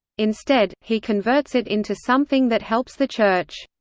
instead, he converts it into something that helps the church.